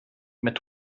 mit